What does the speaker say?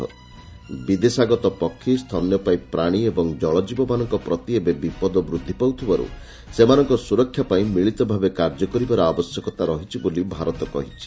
ବିଦେଶାଗତ ପକ୍ଷୀ ସ୍ତନ୍ୟପାୟୀ ପ୍ରାଣୀ ଓ ଜଳଜୀବମାନଙ୍କ ପ୍ରତି ଏବେ ବିପଦ ବୃଦ୍ଧି ପାଉଥିବାରୁ ସେମାନଙ୍କ ସୁରକ୍ଷା ପାଇଁ ମିଳିତ ଭାବେ କାର୍ଯ୍ୟ କରିବାର ଆବଶ୍ୟକତା ରହିଛି ବୋଲଇ ଭାରତ କହିଛି